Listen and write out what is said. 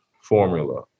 formula